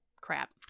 crap